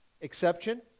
Exception